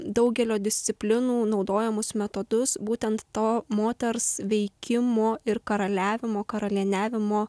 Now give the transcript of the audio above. daugelio disciplinų naudojamus metodus būtent to moters veikimo ir karaliavimo karalieniavimo